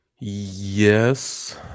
Yes